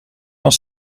van